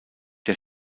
der